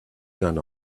gone